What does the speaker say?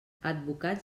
advocats